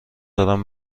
دارم